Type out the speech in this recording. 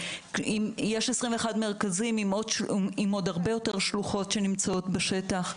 יש 21 מרכזים עם עוד הרבה יותר שלוחות שנמצאות בשטח.